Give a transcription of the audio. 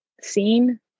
seen